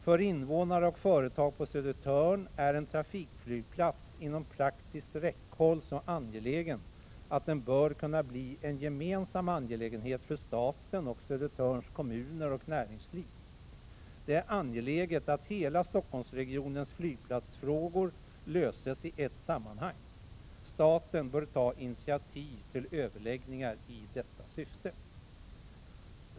För invånare och företag på Södertörn är en trafikflygplats inom praktiskt räckhåll så angelägen, att den bör kunna bli en gemensam angelägenhet för staten och Södertörns kommuner och näringsliv. Det är angeläget, att hela Stockholmsregionens flygplatsfrågor löses i ett sammanhang. Staten bör ta initiativ till överläggningar i detta syfte.